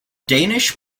danish